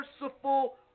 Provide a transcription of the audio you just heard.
merciful